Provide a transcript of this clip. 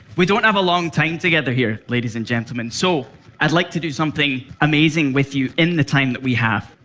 we don't have a long time together here, ladies and gentlemen, so i'd like to do something amazing with you in a time that we have.